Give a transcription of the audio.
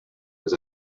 was